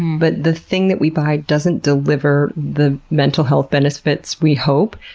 but the thing that we buy doesn't deliver the mental health benefits we hope.